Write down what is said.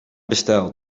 besteld